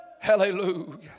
Hallelujah